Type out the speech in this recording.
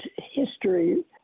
history—